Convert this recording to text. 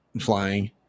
flying